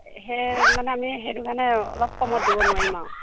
সেই মানে আমি সেইটো কাৰণে অলপ কমত দিব নোৱাৰিম আৰু